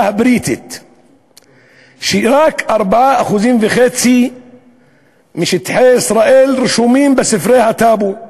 הבריטית שרק 4.5% משטחי ישראל רשומים בספרי הטאבו,